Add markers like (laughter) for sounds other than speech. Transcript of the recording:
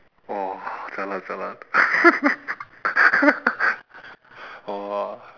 !wah! jialat jialat (laughs) !wah!